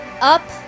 up